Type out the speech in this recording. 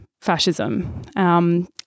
fascism